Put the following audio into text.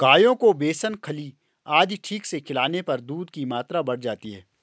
गायों को बेसन खल्ली आदि ठीक से खिलाने पर दूध की मात्रा बढ़ जाती है